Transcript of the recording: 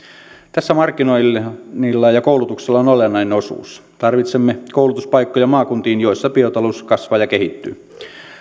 tässä markkinoinnilla ja koulutuksella on olennainen osuus tarvitsemme koulutuspaikkoja maakuntiin joissa biotalous kasvaa ja kehittyy